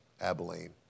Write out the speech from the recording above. Abilene